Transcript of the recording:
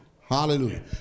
hallelujah